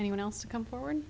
anyone else to come forward